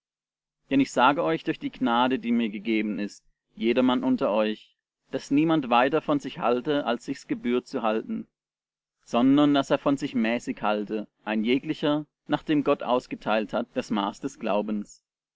denn ich sage euch durch die gnade die mir gegeben ist jedermann unter euch daß niemand weiter von sich halte als sich's gebührt zu halten sondern daß er von sich mäßig halte ein jeglicher nach dem gott ausgeteilt hat das maß des glaubens